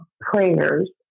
prayers